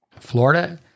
Florida